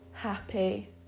happy